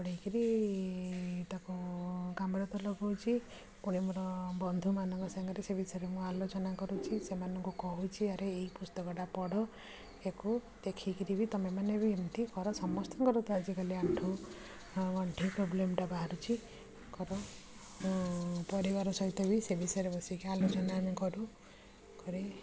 ପଢ଼ିକିରି ତାକୁ କାମରେ ତ ଲଗୋଉଛି ପୁଣି ମୋର ବନ୍ଧୁମାନଙ୍କ ସାଙ୍ଗରେ ସେ ବିଷୟରେ ମୁଁ ଆଲୋଚନା କରୁଛି ସେମାନଙ୍କୁ କହୁଛି ଆରେ ଏଇ ପୁସ୍ତକଟା ପଢ଼ ୟାକୁ ଦେଖିକିରି ବି ତୁମେମାନେ ବି ଏମିତି କର ସମସ୍ତଙ୍କର ତ ଆଜିକାଲି ଆଣ୍ଠୁ ଆଉ ଗଣ୍ଠି ପ୍ରୋବ୍ଲେମଟା ବାହାରୁଛି କର ପରିବାର ସହିତ ବି ସେ ବିଷୟରେ ବସିକି ଆଲୋଚନା ଆମେ କରୁ କରେ